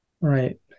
right